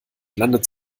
landet